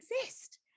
exist